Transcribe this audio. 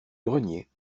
grenier